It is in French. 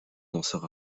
danseur